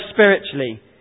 spiritually